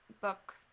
book